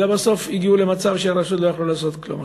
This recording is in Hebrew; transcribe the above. אלא בסוף הגיעו למצב שהרשות לא יכלה לעשות כלום.